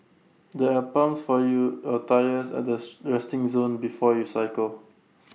there are pumps for your A tyres at the resting zone before you cycle